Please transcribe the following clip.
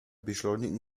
beschleunigen